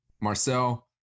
Marcel